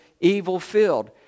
evil-filled